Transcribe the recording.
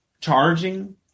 charging